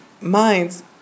minds